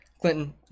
clinton